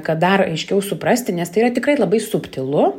kad dar aiškiau suprasti nes tai yra tikrai labai subtilu